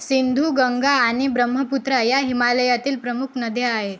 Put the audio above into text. सिंधू गंगा आणि ब्रह्मपुत्रा ह्या हिमालयातील प्रमुख नद्या आहेत